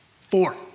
Four